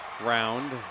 round